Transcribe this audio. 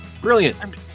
brilliant